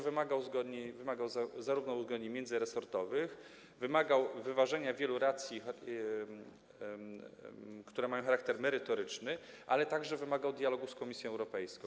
Wymagał bowiem uzgodnień międzyresortowych, wymagał wyważenia wielu racji, które mają charakter merytoryczny, ale także wymagał dialogu z Komisją Europejską.